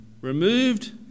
removed